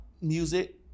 music